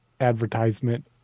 advertisement